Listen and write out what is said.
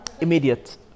Immediate